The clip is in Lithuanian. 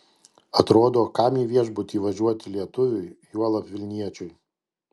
atrodo kam į viešbutį važiuoti lietuviui juolab vilniečiui